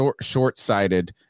short-sighted